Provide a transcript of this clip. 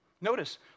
Notice